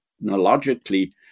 technologically